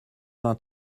vingt